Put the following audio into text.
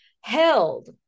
held